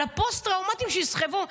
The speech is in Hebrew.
על הפוסט-טראומתיים שיסחבו.